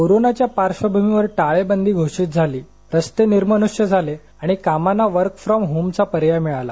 कोरोनाच्या पार्क्षभूमीवर टाळेबंदी घोषित झाली रस्ते निर्मनृष्य झाले आणि कामांना वर्क फ्रॉम होमचा पर्याय मिळाला